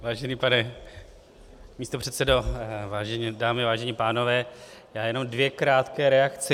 Vážený pane místopředsedo, vážené dámy, vážení pánové, já jenom dvě krátké reakce.